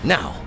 Now